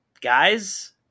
guys